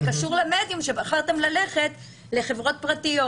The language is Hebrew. זה קשור למדיום שבחרתם ללכת לחברות פרטיות,